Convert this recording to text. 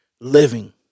living